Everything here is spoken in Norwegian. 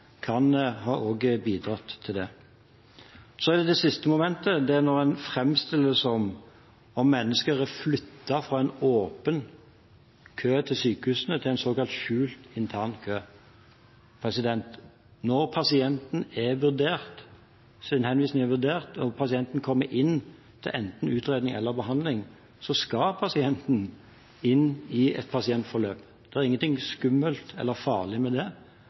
kan ha bidratt til det. Så til det siste momentet, at man framstiller det som om mennesker er flyttet fra en åpen kø til sykehusene til en såkalt skjult intern kø. Når pasientens henvisning er vurdert og pasienten kommer inn til enten utredning eller behandling, skal pasienten inn i et pasientforløp. Det er ikke noe skummelt eller farlig med det,